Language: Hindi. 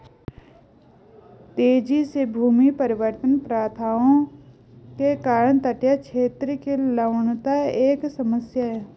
तेजी से भूमि परिवर्तन प्रथाओं के कारण तटीय क्षेत्र की लवणता एक समस्या है